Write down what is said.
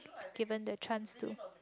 given the chance to